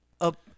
up